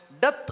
Death